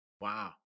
Wow